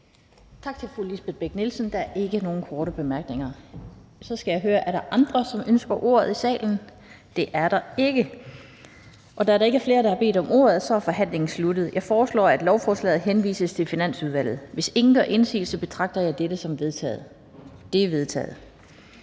Tak til fru Lisbeth Bech-Nielsen. Der er ikke nogen korte bemærkninger. Er der andre i salen, der ønsker ordet? Det er der ikke. Og da der ikke er flere, der har bedt om ordet, er forhandlingen sluttet. Jeg foreslår, at lovforslaget henvises til Finansudvalget. Hvis ingen gør indsigelse, betragter jeg dette som vedtaget. Det er vedtaget.